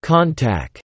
Contact